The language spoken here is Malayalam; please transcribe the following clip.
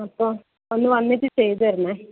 അപ്പം ഒന്ന് വന്നിട്ട് ചെയ്ത് തരണേ